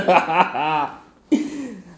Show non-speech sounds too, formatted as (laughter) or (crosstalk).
(laughs)